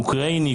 אוקראיני,